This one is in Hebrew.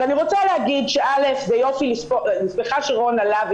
אז אני רוצה להגיד שזה יופי שבכלל רון עלה,